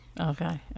Okay